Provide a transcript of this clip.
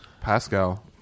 Pascal